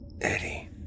Eddie